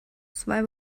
zwei